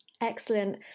Excellent